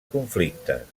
conflictes